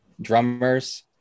drummers